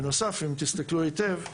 בנוסף, אם תסתכלו היטב,